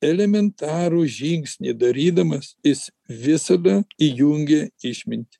elementarų žingsnį darydamas jis visada įjungia išmintį